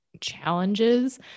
challenges